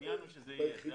העיקר שזה יהיה.